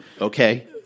Okay